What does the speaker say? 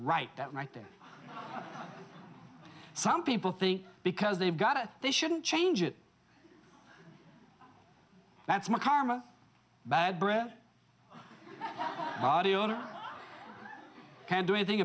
right that right there some people think because they've got it they shouldn't change it that's my karma bad breath well you can't do anything